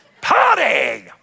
Party